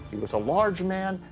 he was a large man.